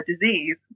disease